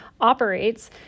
operates